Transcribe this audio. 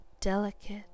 delicate